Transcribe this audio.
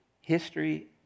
History